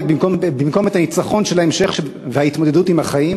במקום את הניצחון של ההתמודדות עם החיים?